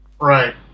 right